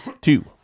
two